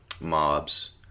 mobs